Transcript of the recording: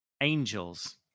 angels